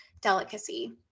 delicacy